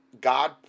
God